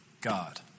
God